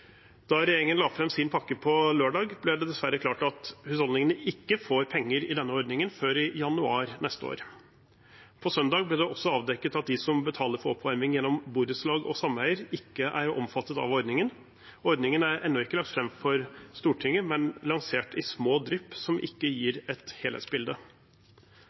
Da regjeringen la fram sin pakke på lørdag, ble det dessverre klart at husholdningene ikke får penger i denne ordningen før i januar neste år. På søndag ble det også avdekket at de som betaler for oppvarming gjennom borettslag og sameier, ikke er omfattet av ordningen. Ordningen er ennå ikke lagt fram for Stortinget, men lansert i små drypp som ikke gir et helhetsbilde.